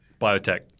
Biotech